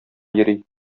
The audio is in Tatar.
йөри